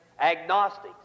agnostics